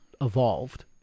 evolved